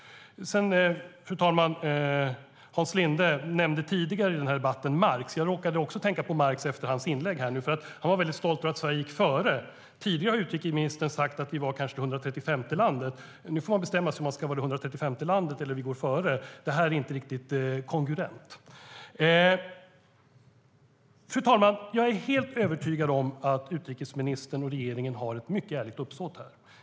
Fru talman! Hans Linde nämnde Marx tidigare i debatten. Jag råkade också tänka på Marx efter Hans Lindes inlägg. Han var stolt över att Sverige går före. Tidigare har utrikesministern sagt att Sverige var det 135:e landet. Nu får man bestämma sig om man ska vara det 135:e landet eller gå före. Det är inte riktigt kongruent. Fru talman! Jag är helt övertygad om att utrikesministern och regeringen har ett mycket ärligt uppsåt.